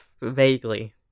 Vaguely